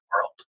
world